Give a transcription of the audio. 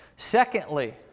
Secondly